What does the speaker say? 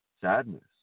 sadness